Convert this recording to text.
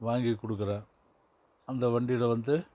வாங்கி கொடுக்கற அந்த வண்டியில் வந்து